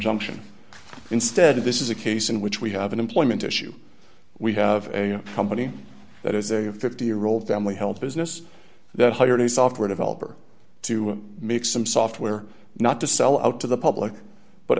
injunction instead this is a case in which we have an employment issue we have a company that is a fifty year old family health business that hired a software developer to make some software not to sell out to the public but